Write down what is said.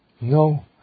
No